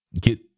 get